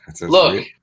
Look